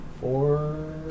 four